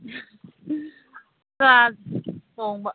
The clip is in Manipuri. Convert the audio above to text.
ꯇꯣꯡꯕ